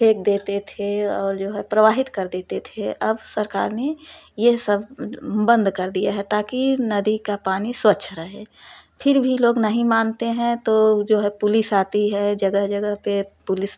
फेंक देते थे और जो है प्रवाहित कर देते थे अब सरकार ने ये सब बंद कर दिया है ताकि नदी का पानी स्वच्छ रहे फिर भी लोग नहीं मानते हैं तो जो है पुलिस आती है जगह जगह पर पुलिस